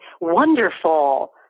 wonderful